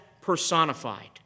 personified